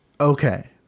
Okay